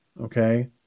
okay